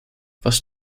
was